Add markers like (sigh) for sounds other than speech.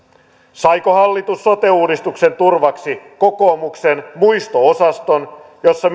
saiko hallitus sote uudistuksen turvaksi kokoomuksen muisto osaston jossa (unintelligible)